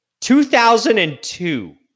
2002